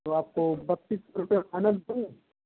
तो आपको बत्तीस सौ रुपये फाइनल दूँ